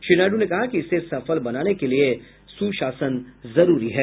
श्री नायड् ने कहा कि इसे सफल बनाने के लिए सुशासन जरूरी है